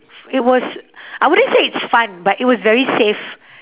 it was I wouldn't say it's fun but it was very safe